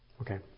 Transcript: Okay